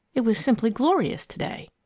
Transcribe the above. it was simply glorious to-day.